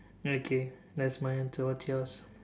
okay that's my answer what's yours